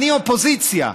אני אופוזיציה,